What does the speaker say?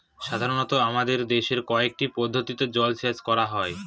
সাধারনত আমাদের দেশে কয়টি পদ্ধতিতে জলসেচ করা হয়?